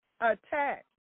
attack